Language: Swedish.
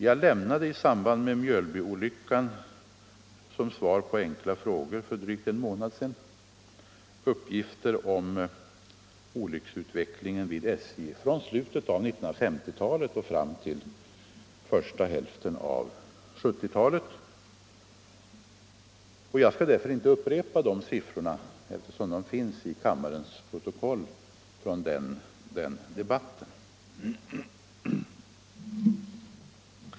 Jag lämnade i samband med Mjölbyolyckan som svar på enkla frågor för drygt en månad sedan uppgifter om olycksutvecklingen vid SJ från slutet av 1950-talet fram till första hälften av 1970-talet. Jag skall inte upprepa de siffrorna, eftersom de finns i kammarens protokoll från den debatten.